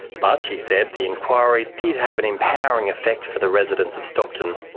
but, she said, the inquiry did have an empowering effect for the residents of stockton.